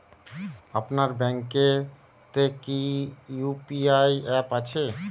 আপনার ব্যাঙ্ক এ তে কি ইউ.পি.আই অ্যাপ আছে?